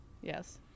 yes